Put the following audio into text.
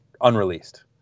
unreleased